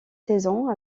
saison